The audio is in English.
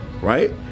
right